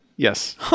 Yes